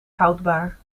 houdbaar